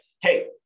hey